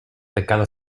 pecado